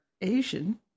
Asian